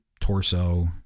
torso